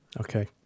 Okay